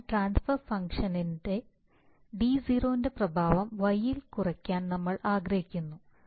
അതിനാൽ ട്രാൻസ്ഫർ ഫംഗ്ഷനിൽ d0 ന്റെ പ്രഭാവം y ൽ കുറയ്ക്കാൻ നമ്മൾ ആഗ്രഹിക്കുന്നു